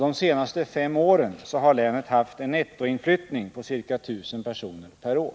De senaste fem åren har länet haft en nettoinflyttning på ca 1 000 personer per år.